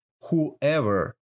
whoever